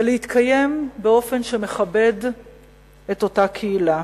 ולהתקיים באופן שמכבד את אותה קהילה.